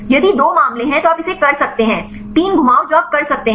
यदि दो मामले हैं तो आप इसे कर सकते हैं 3 घुमाव जो आप कर सकते हैं